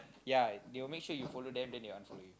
ya they will make sure you follow them then they will unfollow you